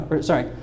sorry